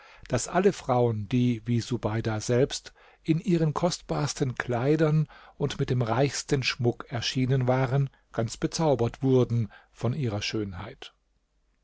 daß alle frauen die wie subeida selbst in ihren kostbarsten kleidern und mit dem reichsten schmuck erschienen waren ganz bezaubert wurden von ihrer schönheit